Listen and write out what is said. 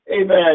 amen